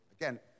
Again